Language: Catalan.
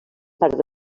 part